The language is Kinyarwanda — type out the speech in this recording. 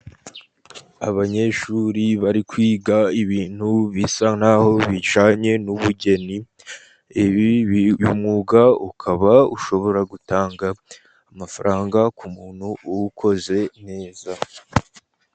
Abanyeshuri bari kwiga ibintu bisa na ho bijyanye n'ubugeni, uyu mwuga ukaba ushobora gutanga amafaranga, ku muntu uwukoze neza.